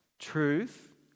truth